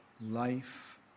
life